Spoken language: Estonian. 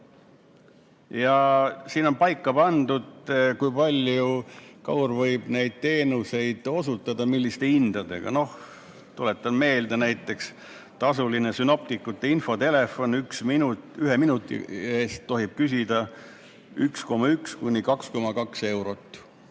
Siin on paika pandud, kui palju KAUR võib neid teenuseid osutada ja milliste hindadega. Tuletan meelde, näiteks tasuline sünoptikute infotelefon: ühe minuti eest tohib küsida 1,1 kuni 2,2 eurot.